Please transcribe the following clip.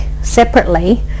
separately